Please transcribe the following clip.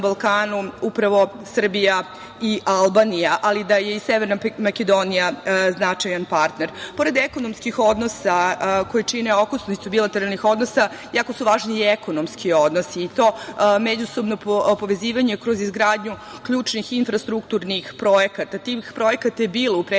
upravo Srbija i Albanija, ali i da je i Severna Makedonija značajan partner. Pored ekonomskih odnosa koji čine okosnicu bilateralnih odnosa, jako su važni i ekonomski odnosi i to međusobno povezivanje kroz izgradnju ključnih infrastrukturnih projekata. Tih projekata je bilo u prethodnom